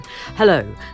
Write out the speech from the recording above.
Hello